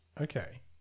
Okay